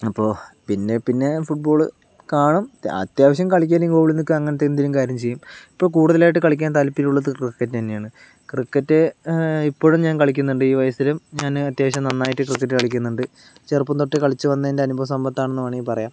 അപ്പോൾ പിന്നെ പിന്നെ ഫുട്ബോൾ കാണും അത്യാവശ്യം കളിക്കാനും ഓടാനും അങ്ങനത്തെ എന്തെങ്കിലും കാര്യം ചെയ്യും ഇപ്പോൾ കൂടുതലായിട്ട് കളിക്കാൻ താല്പര്യമുള്ളത് ക്രിക്കറ്റ് തന്നെയാണ് ക്രിക്കറ്റ് ഇപ്പോഴും ഞാൻ കളിക്കുന്നുണ്ട് ഈ വയസിലും ഞാന് അത്യാവശ്യം നന്നായിട്ട് ക്രിക്കറ്റ് കളിക്കുന്നുണ്ട് ചെറുപ്പം തൊട്ട് കളിച്ച് വന്നത്തിൻ്റെ അനുഭവ സമ്പത്താണെന്ന് വേണേൽ പറയാം